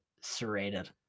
Serrated